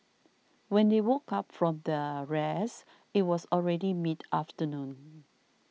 when they woke up from their rest it was already mid afternoon